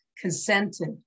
consented